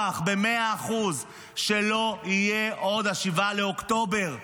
במאה אחוז שלא יהיה עוד 7 באוקטובר.